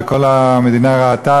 וכל המדינה ראתה,